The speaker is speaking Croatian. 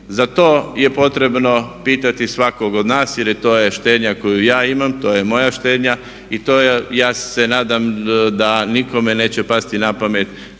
Za to je potrebno pitati svakog od nas, jer to je štednja koju ja imam, to je moja štednja i to je ja se nadam da nikome neće pasti na pamet